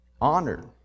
honored